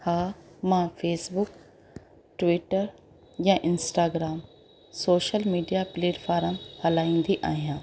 हा मां Facebook Twitter या इंस्टाग्राम सोशल मीडिया प्लेटफॉर्म हलाईंदी आहियां